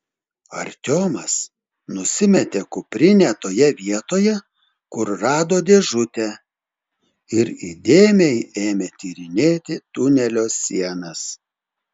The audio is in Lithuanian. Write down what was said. artiomas nusimetė kuprinę toje vietoje kur rado dėžutę ir įdėmiai ėmė tyrinėti tunelio sienas